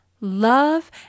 love